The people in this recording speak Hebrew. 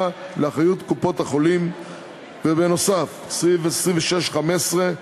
לאחריות קופות-החולים); סעיף 26(15),